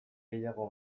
gehiago